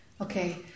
Okay